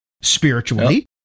spiritually